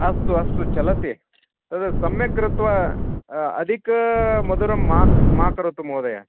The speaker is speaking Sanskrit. अस्तु अस्तु चलति तद् सम्यक् कृत्वा अधिकमधुरं मा मा करोतु महोदय